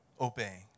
obeying